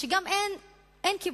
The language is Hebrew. שגם אין כיבוש.